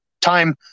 time